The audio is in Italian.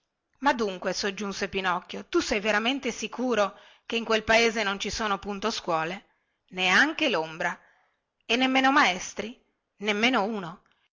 ma dunque soggiunse pinocchio tu sei veramente sicuro che in quel paese non ci sono punte scuole neanche lombra e nemmeno maestri nemmenuno